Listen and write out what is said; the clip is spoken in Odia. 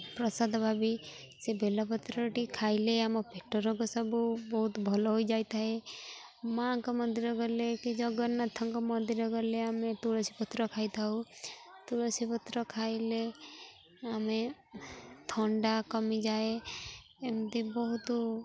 ପ୍ରସାଦ ଭାବି ସେ ବେଲପତ୍ରଟି ଖାଇଲେ ଆମ ପେଟ ରୋଗ ସବୁ ବହୁତ ଭଲ ହୋଇଯାଇ ଥାଏ ମାଆଙ୍କ ମନ୍ଦିର ଗଲେ କି ଜଗନ୍ନାଥଙ୍କ ମନ୍ଦିର ଗଲେ ଆମେ ତୁଳସୀ ପତ୍ର ଖାଇ ଥାଉ ତୁଳସୀ ପତ୍ର ଖାଇଲେ ଆମେ ଥଣ୍ଡା କମି ଯାଏ ଏମିତି ବହୁତ